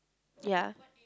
ya